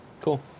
Cool